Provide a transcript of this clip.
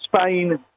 Spain